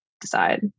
decide